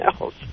else